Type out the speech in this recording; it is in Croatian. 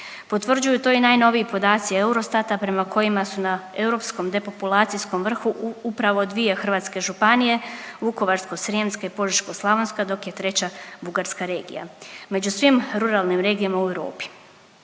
Potvrđuju to i najnoviji podaci EUROSTAT-a prema kojima su na europskom depopulacijskom vrhu upravo dvije hrvatske županije Vukovarsko-srijemske, Požeško-slavonska dok je treća bugarska regija među svim ruralnim regijama u Europi.